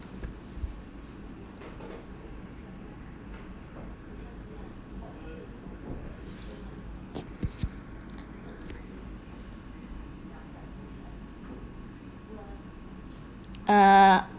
uh